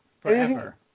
Forever